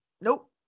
nope